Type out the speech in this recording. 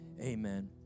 Amen